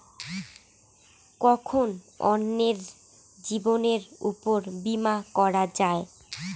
কখন অন্যের জীবনের উপর বীমা করা যায়?